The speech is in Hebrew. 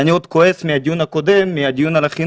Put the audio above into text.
אני עדיין נותרתי כעוס מאז הדיון הקודם על החינוך.